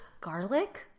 Garlic